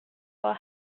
will